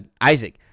isaac